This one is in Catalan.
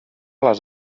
les